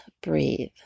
breathe